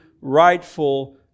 rightful